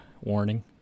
warning